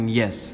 yes